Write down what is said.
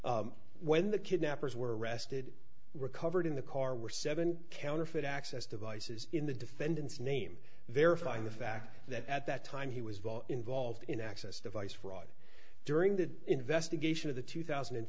when the kidnappers were arrested recovered in the car were seven counterfeit access devices in the defendant's name verifying the fact that at that time he was involved in access device fraud during the investigation of the two thousand and